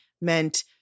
meant